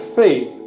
faith